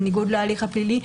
בניגוד להליך הפלילי,